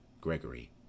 Gregory